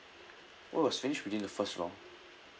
oh was finished within the first round